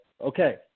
okay